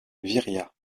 viriat